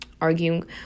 arguing